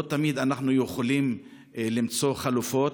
לא תמיד אנחנו יכולים למצוא חלופות.